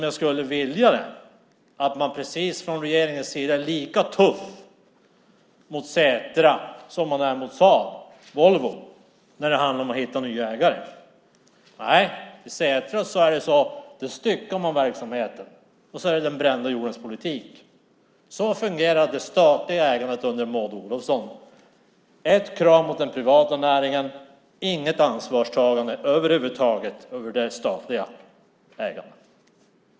Jag skulle vilja att man från regeringens sida är lika tuff mot Setra som man är mot Saab och Volvo när det handlar om att hitta nya ägare. Nej, när det gäller Setra styckar man verksamheten, och så är det den brända jordens politik. Så fungerar det statliga ägandet under Maud Olofsson: ett krav mot den privata näringen, inget ansvarstagande över huvud taget för det statliga ägandet.